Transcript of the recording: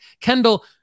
Kendall